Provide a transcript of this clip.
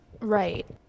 Right